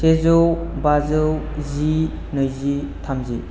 सेजौ बाजौ जि नैजि थामजि